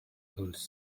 holds